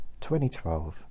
2012